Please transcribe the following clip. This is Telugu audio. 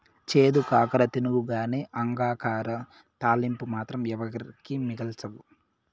చేదు కాకర తినవుగానీ అంగాకర తాలింపు మాత్రం ఎవరికీ మిగల్సవు